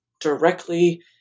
directly